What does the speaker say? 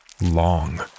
long